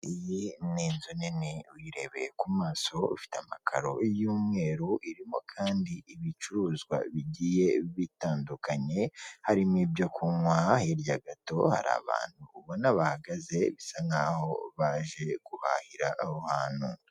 Ni nyubako itanga serivise, harimo umugabo wambaye umupira w'umweru wakira abamugana. Hari umugabo uje ateruye umwana, akaba yambaye rinete ndetse n'ipantaro y'umukara.